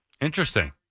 Interesting